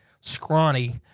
scrawny